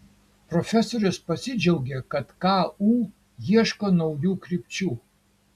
profesorius pasidžiaugė kad ku ieško naujų krypčių